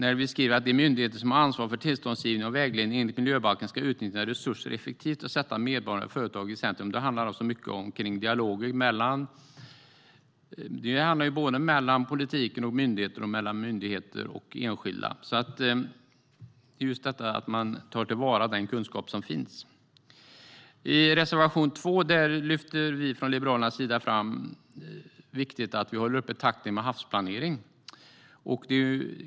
Vi skriver att de myndigheter som har ansvar för tillståndsgivning och vägledning enligt miljöbalken ska utnyttja resurser effektivt och sätta medborgare och företag i centrum. Det handlar om dialog mellan politiken och myndigheter och mellan myndigheter och enskilda och om att ta till vara den kunskap som finns. I den andra reservationen lyfter vi liberaler fram att det är viktigt att hålla uppe takten i havsplaneringen.